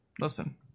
listen